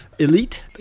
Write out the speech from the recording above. elite